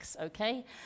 Okay